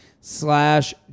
slash